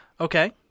Okay